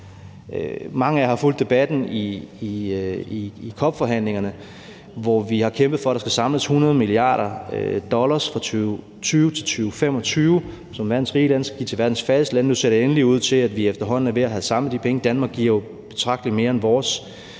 Mange af jer har fulgt debatten i COP-forhandlingerne, hvor vi har kæmpet for, at der skal samles 100 mia. dollars fra 2020 til 2025, som verdens rige lande skal give til verdens fattigste lande, og nu ser det endelig ud til, at vi efterhånden er ved at have samlet de penge. Danmark giver jo betragtelig mere, end vores